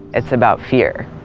it's about fear.